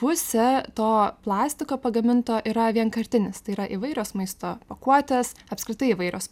pusė to plastiko pagaminto yra vienkartinis tai yra įvairios maisto pakuotės apskritai įvairios